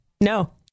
no